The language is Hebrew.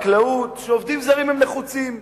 החקלאות, שהעובדים הזרים נחוצים בהם,